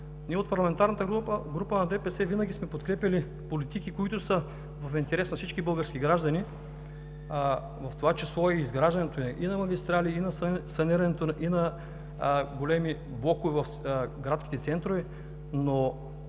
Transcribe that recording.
Ние от парламентарната група на ДПС винаги сме подкрепяли политики, които са в интерес на всички български граждани, в това число и изграждането и на магистрали, и на санирането на големи блокове в градските центрове, но